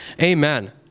Amen